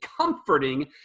comforting